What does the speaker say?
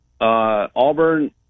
Auburn